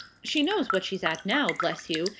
she knows what she's at now, bless you,